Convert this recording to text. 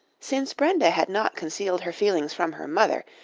since brenda had not concealed her feelings from her mother,